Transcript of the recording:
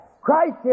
Christ